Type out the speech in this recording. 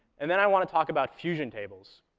and then i want to talk about fusion tables.